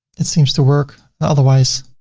it seems to work otherwise,